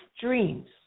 dreams